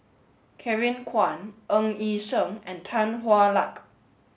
Kevin Kwan Ng Yi Sheng and Tan Hwa Luck